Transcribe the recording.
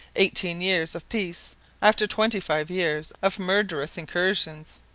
eighteen years of peace after twenty-five years of murderous incursions!